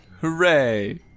Hooray